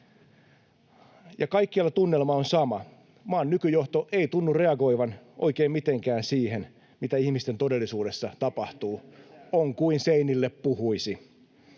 Kaikkialla tunnelma on sama: maan nykyjohto ei tunnu reagoivan oikein mitenkään siihen, mitä ihmisten todellisuudessa tapahtuu. [Ben Zyskowicz: